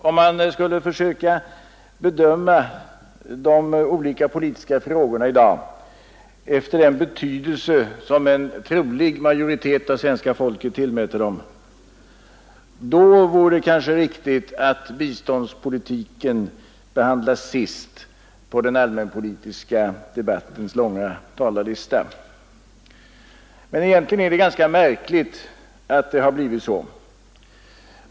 Om man skulle försöka bedöma de olika politiska frågorna efter den betydelse en trolig majoritet av svenska folket i dag tillmäter dem, så vore det kanske riktigt att biståndspolitiken behandlas sist på den allmänpolitiska debattens långa talarlista. Egentligen är det dock ganska märkligt att det blivit så.